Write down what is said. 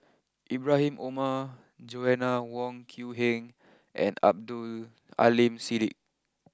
Ibrahim Omar Joanna Wong Quee Heng and Abdul Aleem Siddique